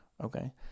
Okay